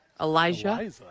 Elijah